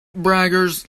braggers